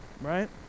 right